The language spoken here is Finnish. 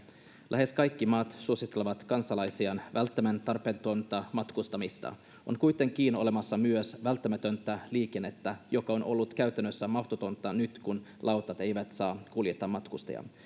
lähes kaikki maat suosittelevat kansalaisiaan välttämään tarpeetonta matkustamista on kuitenkin olemassa myös välttämätöntä liikennettä joka on ollut käytännössä mahdotonta nyt kun lautat eivät saa kuljettaa matkustajia